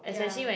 ya